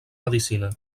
medicina